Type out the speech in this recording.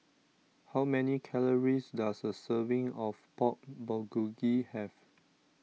how many calories does a serving of Pork Bulgogi have